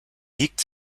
liegt